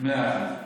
מאה אחוז.